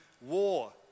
war